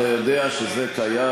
אתה יודע שזה קיים.